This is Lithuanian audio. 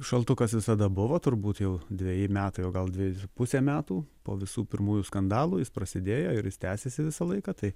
šaltukas visada buvo turbūt jau dveji metai o gal dvejus su puse metų po visų pirmųjų skandalų jis prasidėjo ir jis tęsiasi visą laiką tai